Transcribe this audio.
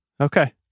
Okay